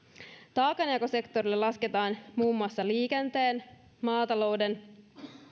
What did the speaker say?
taakanjakosektorille lasketaan muun muassa liikenteen maatalouden